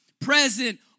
present